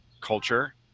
culture